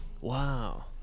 wow